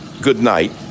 goodnight